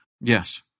Yes